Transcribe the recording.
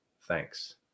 Thanks